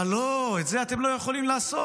אבל לא, את זה אתם לא יכולים לעשות,